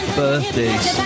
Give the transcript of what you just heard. birthdays